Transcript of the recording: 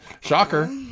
Shocker